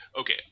okay